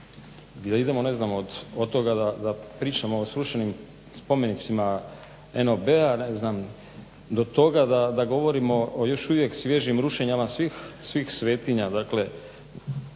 ne znam od toga da pričamo o srušenim spomenicima NOB-a, ne znam do toga da govorimo o još uvijek svježim rušenjima svih svetinja.